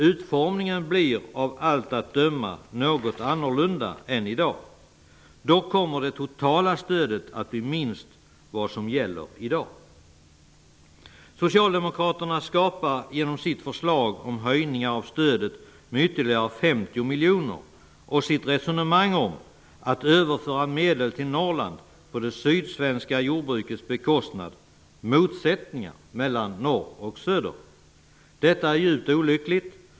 Utformningen blir av allt att döma något annorlunda än i dag. Dock kommer det totala stödet att bli minst vad som gäller i dag. Socialdemokraterna skapar motsättningar mellan norr och söder genom sitt förslag om höjningar av stödet med ytterligare 50 miljoner och sitt resonemang om att överföra medel till Norrland på det sydsvenska jordbrukets bekostnad. Detta är djupt olyckligt.